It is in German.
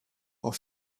auf